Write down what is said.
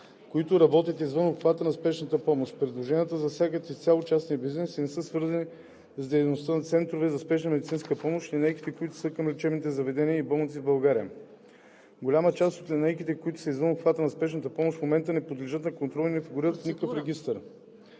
които работят извън обхвата на спешната помощ. Предложенията засягат изцяло частния бизнес и не са свързани с дейността на центровете за спешна медицинска помощ и линейките, които са към лечебните заведения и болниците в България. Голяма част от линейките, които са извън обхвата на спешната помощ, в момента не подлежат на контрол и не фигурират в никакъв регистър.